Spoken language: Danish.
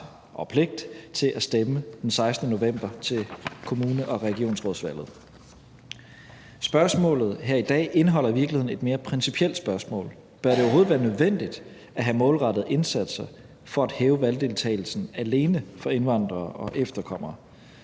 og pligt til at stemme den 16. november til kommunal- og regionsrådsvalget. Spørgsmålet her i dag indeholder i virkeligheden et mere principielt spørgsmål. Bør det overhovedet være nødvendigt at have målrettede indsatser for at hæve valgdeltagelsen alene for indvandrere og efterkommere?